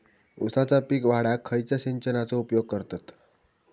ऊसाचा पीक वाढाक खयच्या सिंचनाचो उपयोग करतत?